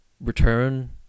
return